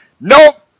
nope